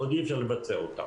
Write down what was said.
עוד אי אפשר לבצע אותן.